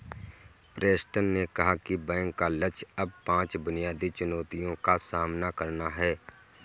Preston ने कहा कि बैंक का लक्ष्य अब पांच बुनियादी चुनौतियों का सामना करना है